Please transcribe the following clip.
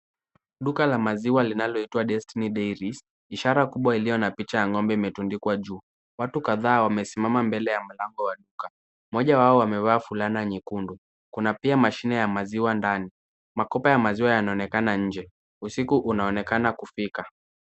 Duka la maziwa linaloitwa Destiny Dairies. Ishara kubwa iliyo na picha ya ng'ombe imetundikwa juu. Watu kadhaa wamesimama mbele ya mlango wa duka. Mmoja wao amevaa fulana nyekundu. Kuna pia mashine ya maziwa ndani. Makopa ya maziwa yanaonekana nje. Usiku unaonekana kufika.